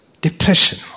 depression